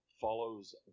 follows